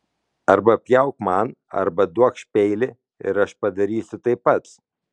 arba pjauk man arba duokš peilį ir aš padarysiu tai pats